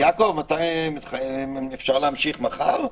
יעקב, אפשר להמשיך מחר?